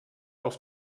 auf